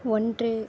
ஒன்று